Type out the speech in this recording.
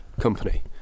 company